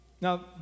Now